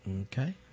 Okay